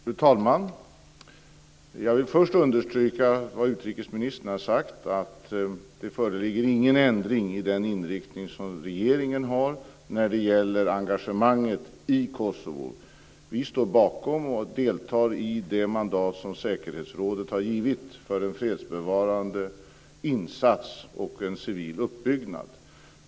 Fru talman! Jag vill först understryka vad utrikesministern har sagt, att det inte föreligger någon ändring i den inriktning som regeringen har i engagemanget i Kosovo. Vi står bakom och deltar i det mandat som säkerhetsrådet har givit för en fredsbevarande insats och en civil uppbyggnad.